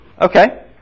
Okay